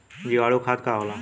जीवाणु खाद का होला?